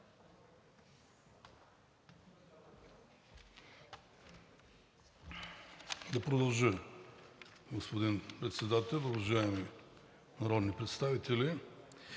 Да продължа, господин Председател. Уважаеми народни представители!